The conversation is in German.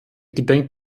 gedenkt